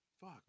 Fuck